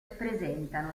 presentano